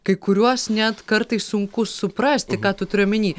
kai kuriuos net kartais sunku suprasti ką tu turi omeny